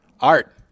Art